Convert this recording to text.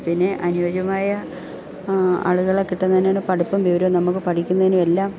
പിന്നെ അനിയോജ്യമായ ആളുകളെ കിട്ടുന്നത് തന്നെയാണ് പഠിപ്പും വിവരവും നമുക്ക് പഠിക്കുന്നതിനും എല്ലാം